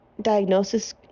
diagnosis